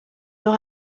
leur